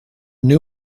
new